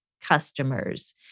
customers